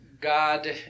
God